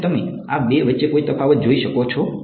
શું તમે આ બે વચ્ચે કોઈ તફાવત જોઈ શકો છો